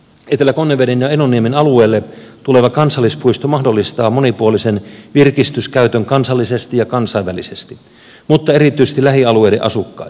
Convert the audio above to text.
etelä konneveden ja enonniemen alueelle tuleva kansallispuisto mahdollistaa monipuolisen virkistyskäytön kansallisesti ja kansainvälisesti mutta erityisesti lähialueiden asukkaille